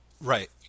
Right